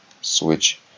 switch